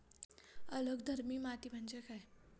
अल्कधर्मी माती म्हणजे काय?